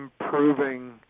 improving